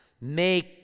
make